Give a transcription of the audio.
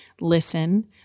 listen